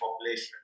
population